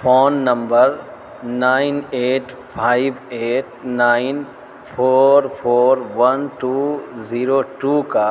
phone number nine eight five eight nine four four one two zero two کا